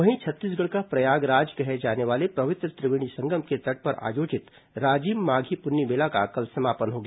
वहीं छत्तीसगढ़ का प्रयागराज कहे जाने वाले पवित्र त्रिवेणी संगम के तट पर आयोजित राजिम माघी पुन्नी मेला का कल समापन हो गया